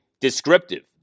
descriptive